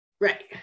right